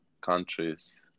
countries